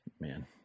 man